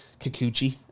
Kikuchi